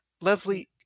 Leslie